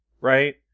Right